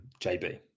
JB